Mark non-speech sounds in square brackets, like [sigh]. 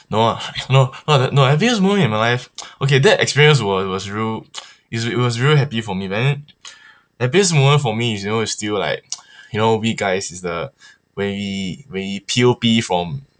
no ah no no happiest moment in my life [breath] okay that experience was was real [noise] it's it was real happy for me but then [breath] happiest moment for me is you know is still like [noise] you know we guys is the when we when we P_O_P from